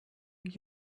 you